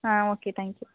ah okay thank you